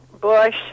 bush